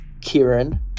Kieran